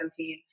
2017